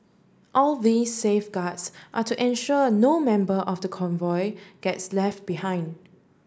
all these safeguards are to ensure no member of the convoy gets left behind